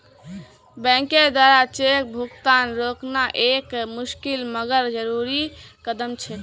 बैंकेर द्वारा चेक भुगतान रोकना एक मुशिकल मगर जरुरी कदम छे